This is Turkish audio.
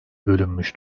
bölünmüş